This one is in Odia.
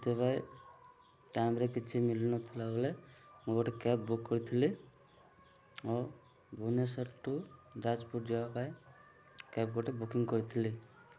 ସେଥିେପାଇଁ ଟାଇମ୍ରେ କିଛି ମିଲୁନଥିଲା ବଳେ ମୁଁ ଗୋଟେ କ୍ୟାବ୍ ବୁକ୍ କରିଥିଲି ଓ ଭୁବନେଶ୍ୱର ଟୁ ଯାଜପୁର ଯିବା ପାଇଁ କ୍ୟାବ୍ ଗୋଟେ ବୁକିଂ କରିଥିଲି